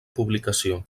publicació